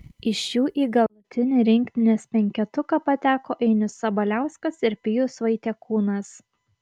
iš jų į galutinį rinktinės penketuką pateko ainius sabaliauskas ir pijus vaitiekūnas